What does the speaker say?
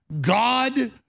God